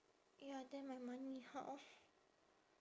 ya then my money how